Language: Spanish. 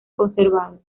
conservado